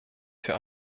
für